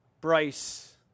Bryce